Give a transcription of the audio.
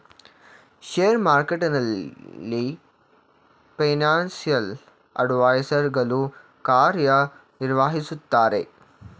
share ಮಾರ್ಕೆಟ್ನಲ್ಲಿ financial adviser ಗಳು ಕಾರ್ಯ ನಿರ್ವಹಿಸುತ್ತಾರೆ